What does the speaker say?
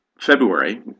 February